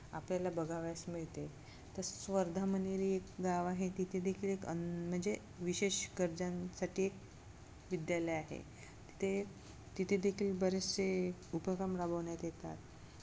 आपल्याला बघावयास मिळते तसंस वर्धामनीरी एक गाव आहे तिथे देखील एक आणि म्हणजे विशेष गरजांसाठी एक विद्यालय आहे तिथे तिथे देखील बरेचसे उपक्रम राबवण्यात येतात